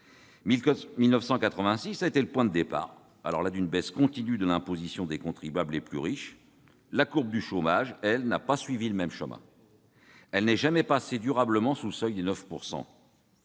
1986 a été le point de départ d'une baisse continue de l'imposition des contribuables les plus riches, la courbe du chômage, elle, n'a pas suivi le même chemin. Elle n'est jamais passée durablement sous le seuil des 9